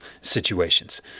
situations